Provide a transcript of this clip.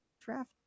draft